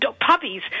puppies